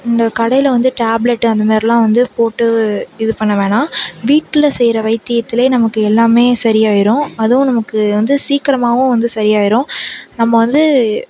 இந்த கடையில வந்து டேப்லெட் அந்த மாதிரிலாம் வந்து போட்டு இது பண்ண வேணா வீட்டில் செய்யற வைத்தியத்துல நமக்கு எல்லாமே சரி ஆயிரும் அதுவும் நமக்கு வந்து சீக்கரமாகவும் வந்து சரி ஆயிரும் நம்ம வந்து